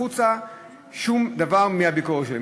החוצה שום דבר מהביקורת שלהם,